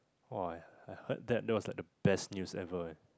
ah I heard that that was like the best news ever ah